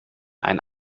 ein